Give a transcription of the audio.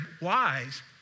wise